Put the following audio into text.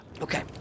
Okay